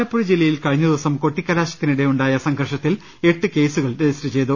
ആലപ്പുഴ ജില്ലയിൽ കഴിഞ്ഞ ദിവസം കൊട്ടിക്കലാശത്തി നിടെ ഉണ്ടായ സംഘർഷത്തിൽ എട്ട് കേസുകൾ രജിസ്റ്റർ ചെയ്തു